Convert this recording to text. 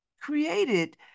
created